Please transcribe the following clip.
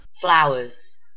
Flowers